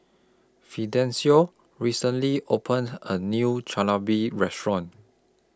Fidencio recently opened A New Chigenabe Restaurant